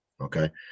okay